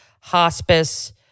hospice